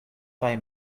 kaj